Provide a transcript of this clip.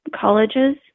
colleges